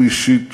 הוא אישית